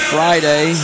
Friday